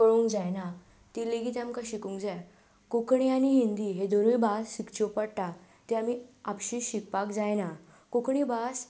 कळूंक जायना ती लेगीत आमकां शिकूंक जाय कोंकणी आनी हिंदी हे दोनूय भास शिकच्यो पडटा ते आमी शिकचे आमी आपशीच शिकपाक जायना कोंकणी भास